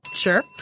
Sure